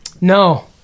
No